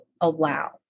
allow